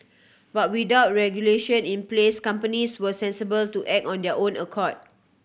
but without regulation in place companies were sensible to act on their own accord